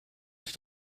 sich